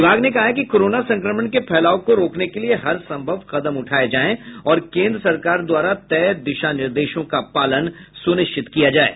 विभाग ने कहा है कि कोरोना संक्रमण के फैलाव को रोकने के लिये हर संभव कदम उठाये जायें और केंद्र सरकार द्वारा तय दिशा निर्देशों का पालन सुनिश्चित किया जाये